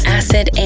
acid